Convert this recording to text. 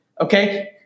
Okay